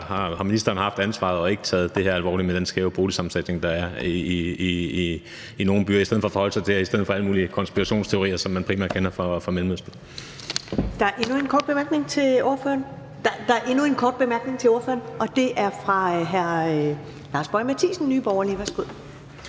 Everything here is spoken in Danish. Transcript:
minister haft ansvaret og ikke taget det her alvorligt med den skæve boligsammensætning, der er i nogle byer. I stedet for kommer han med alle mulige konspirationsteorier, som man primært kender fra Mellemøsten. Kl. 11:32 Første næstformand (Karen Ellemann): Der er endnu en kort bemærkning til ordføreren, og den er fra hr. Lars Boje Mathiesen, Nye Borgerlige.